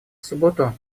субботу